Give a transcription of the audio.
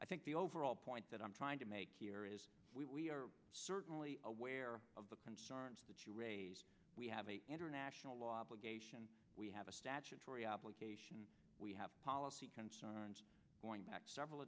i think the overall point that i'm trying to make here is we are certainly aware of the concerns that you raise we have a international law obligation we have a statutory obligation we have policy concerns going back several